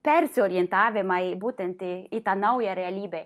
persiorientavimą į būtent į tą naują realybę